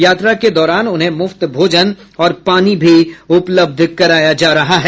यात्रा के दौरान उन्हें मुफ्त भोजन और पानी उपलब्ध कराया जाता है